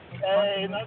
Hey